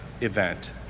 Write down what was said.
event